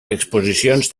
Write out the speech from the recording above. exposicions